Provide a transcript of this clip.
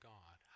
God